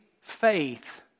faith